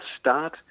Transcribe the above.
start